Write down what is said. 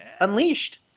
Unleashed